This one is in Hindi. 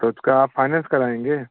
तो उसका आप फाइनेंस कराएँगे